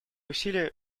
усилия